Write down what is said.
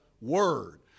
word